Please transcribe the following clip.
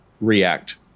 react